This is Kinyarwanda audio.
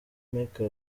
make